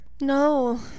No